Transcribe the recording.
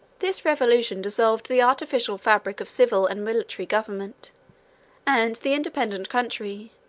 this revolution dissolved the artificial fabric of civil and military government and the independent country,